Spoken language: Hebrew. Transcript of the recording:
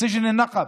בסג'ן א-נקב,